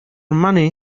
money